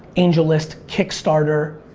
angellist, kickstarter,